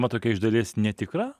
mat tokia iš dalies netikra